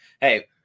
hey